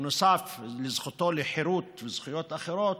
בנוסף לזכותו לחירות ולזכויות אחרות,